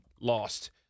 lost